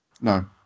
No